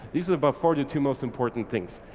these are about forty two most important things.